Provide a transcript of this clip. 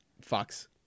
fox